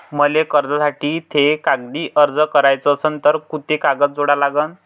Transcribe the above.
मले कर्जासाठी थे कागदी अर्ज कराचा असन तर कुंते कागद जोडा लागन?